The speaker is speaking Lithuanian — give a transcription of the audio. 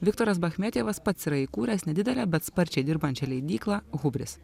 viktoras bachmetjevas pats yra įkūręs nedidelę bet sparčiai dirbančią leidyklą hubris